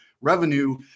revenue